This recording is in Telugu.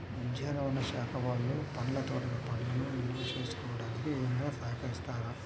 ఉద్యానవన శాఖ వాళ్ళు పండ్ల తోటలు పండ్లను నిల్వ చేసుకోవడానికి ఏమైనా సహకరిస్తారా?